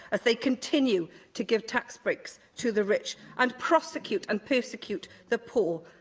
as they continue to give tax breaks to the rich and prosecute and persecute the poor.